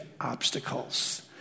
obstacles